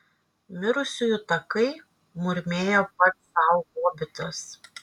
mirusiųjų takai murmėjo pats sau hobitas